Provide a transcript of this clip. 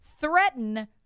threaten